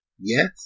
Yes